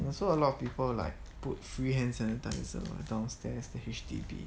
and also a lot of people like put free hand sanitisers downstairs the H_D_B